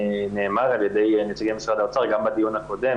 שנאמר על ידי נציגי משרד האוצר גם בדיון הקודם